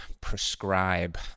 prescribe